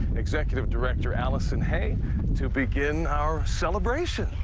executive director allison hay to begin our celebration.